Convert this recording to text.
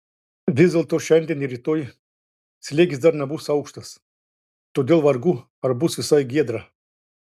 vis dėlto šiandien ir rytoj slėgis dar nebus aukštas todėl vargu ar bus visai giedra